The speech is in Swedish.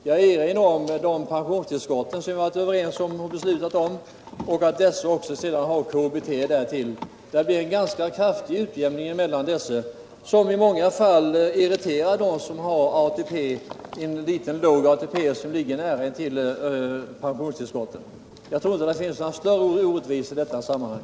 Jag erinrar om de pensionstillskott som vi beslutat om i enighet. Därtill kommer KBT. Det blir en ganska kraftig utjämning, vilket i många fall irriterar dem som har en låg ATP, som ligger nära pensionstillskotten. Jag tror inte att det föreligger några större orättvisor i detta sammanhang.